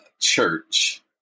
church